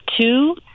Two